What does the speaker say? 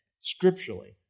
scripturally